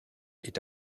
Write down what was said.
est